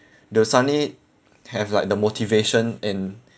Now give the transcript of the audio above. they'll suddenly have like the motivation and